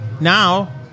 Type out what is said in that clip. now